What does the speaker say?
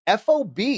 FOB